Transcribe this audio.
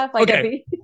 Okay